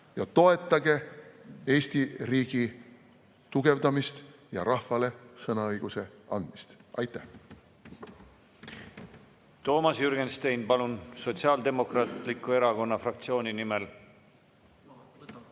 ja toetage Eesti riigi tugevdamist ja rahvale sõnaõiguse andmist. Aitäh!